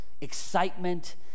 excitement